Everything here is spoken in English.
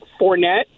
Fournette